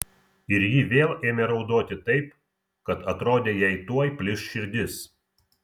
ir ji vėl ėmė raudoti taip kad atrodė jai tuoj plyš širdis